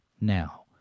now